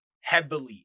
heavily